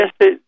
Yes